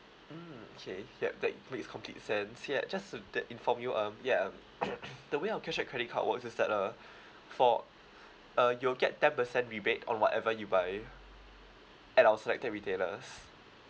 mm okay yup that makes complete sense yup just to that inform you um yup um the way our cahsback credit card works is that uh for uh you'll get ten percent rebate on whatever you buy at our selected retailers